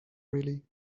really